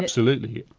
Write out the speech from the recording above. absolutely,